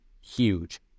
huge